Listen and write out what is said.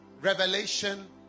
revelation